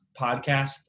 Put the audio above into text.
podcast